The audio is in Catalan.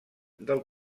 del